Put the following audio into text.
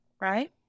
right